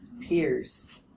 Peers